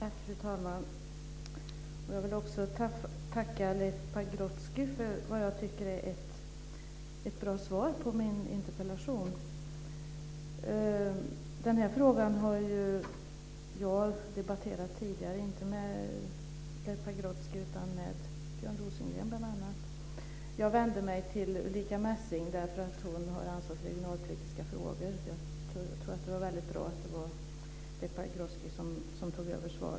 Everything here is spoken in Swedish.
Fru talman! Jag vill tacka Leif Pagrotsky för det jag tycker är ett bra svar på min interpellation. Den här frågan har jag debatterat tidigare, inte med Leif Pagrotsky utan med bl.a. Björn Rosengren. Jag vände mig till Ulrica Messing därför att hon har ansvar för regionalpolitiska frågor, men jag tror att det var mycket bra att det var Leif Pagrotsky som tog över svaret.